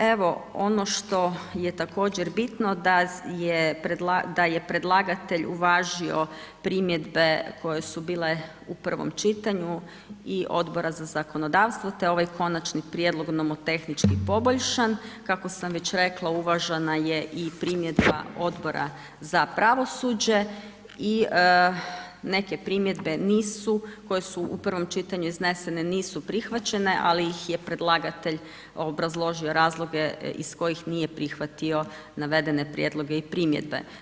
Evo, ono što je također bitno da je predlagatelj uvažio primjedbe koje su bile u prvom čitanju i Odbora za zakonodavstvo, te ovaj Konačni prijedlog nomotehnički poboljšan, kako sam već rekla, uvažena je i primjedba Odbora za pravosuđe i neke primjedbe nisu, koje su u prvom čitanju iznesene, nisu prihvaćene, ali ih je predlagatelj obrazložio, razloge iz kojih nije prihvatio navedene prijedloge i primjedbe.